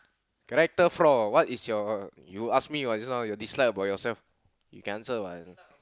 character floor what is your you ask me what this one you dislike what about yourself you can answer what